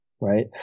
right